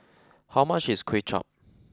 how much is Kuay Chap